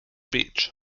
beach